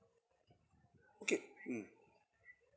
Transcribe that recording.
okay mm